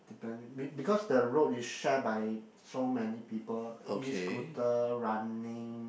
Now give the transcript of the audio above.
depending be~ because the road is shared by so many people escooter running